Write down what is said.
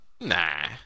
Nah